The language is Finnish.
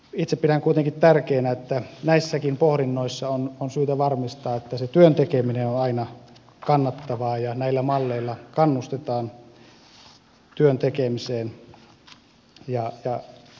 itse pidän kuitenkin tärkeänä että näissäkin pohdinnoissa on syytä varmistaa että se työn tekeminen on aina kannattavaa ja näillä malleilla kannustetaan työn tekemiseen ja itsensä työllistämiseen